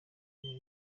yayo